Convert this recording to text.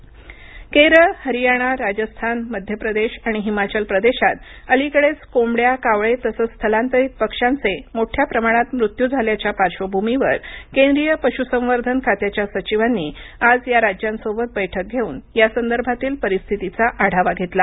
bird flu आढावा केरळ हरियाणा राजस्थान मध्य प्रदेश आणि हिमाचल प्रदेशात अलीकडेच कोंबड्या कावळे तसंच स्थलांतरित पक्ष्यांचे मोठ्या प्रमाणात मृत्यू झाल्याच्या पार्श्र्वभूमीवर केंद्रीय पशुसंवर्धन खात्याच्या सचिवांनी आज या राज्यांसोबत बैठक घेऊन यासंदर्भातील परिस्थितीचा आढावा घेतला